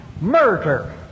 murder